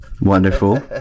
Wonderful